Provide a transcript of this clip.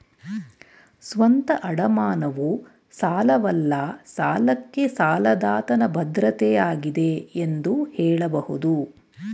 ಸ್ವಂತ ಅಡಮಾನವು ಸಾಲವಲ್ಲ ಸಾಲಕ್ಕೆ ಸಾಲದಾತನ ಭದ್ರತೆ ಆಗಿದೆ ಎಂದು ಹೇಳಬಹುದು